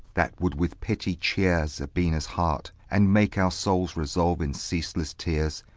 that would with pity cheer zabina's heart, and make our souls resolve in ceaseless tears,